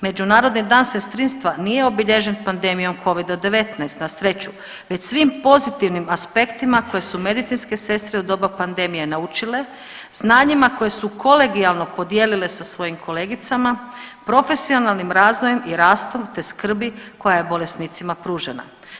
Međunarodni dan sestrinstva nije obilježen pandemijom covida-19 na sreću već svim pozitivnim aspektima koje su medicinske sestre u doba pandemije naučile, znanjima koje su kolegijalno podijelile sa svojim kolegicama, profesionalnim razvojem i rastom, te skrbi koja je bolesnicima pružena.